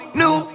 new